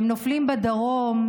הם נופלים בדרום,